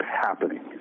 happening